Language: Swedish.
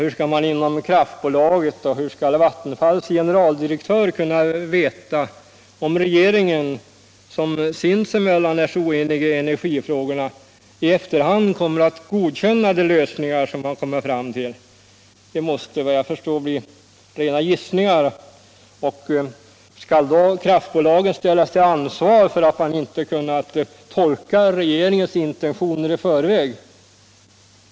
Hur skall man inom kraftbolagen och hur skall Vattenfalls generaldirektör kunna veta om regeringen, vars ledamöter sinsemellan är så oeniga i energifrågor, i efterhand kommer att godkänna de lösningar som man kommer fram till? Det blir efter vad jag förstår rena gissningar. Skall då kraft 53 bolagen ställas till ansvar för att de inte kunnat tolka regeringens intentioner i förväg?